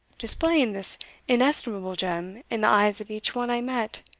displaying this inestimable gem in the eyes of each one i met,